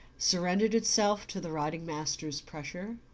surrendered itself to the riding-master's pressure?